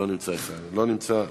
לא נמצא,